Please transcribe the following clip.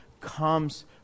comes